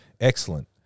excellent